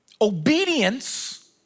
Obedience